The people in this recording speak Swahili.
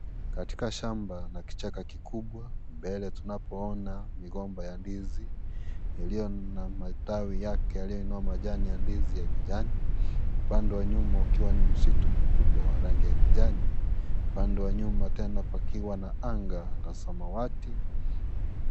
Katika shamba na kichaka kikubwa mbele tunapoona mgomba ya ndizi yalio na matawi yake yalio inua majani ya ndizi ya kijani. Upande wa nyuma ukiwa ni msitu mkubwa wa rangi ya kijani, upande wa nyuma tena pakiwa na anga ya samawati.